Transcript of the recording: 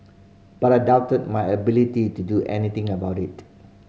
but I doubted my ability to do anything about it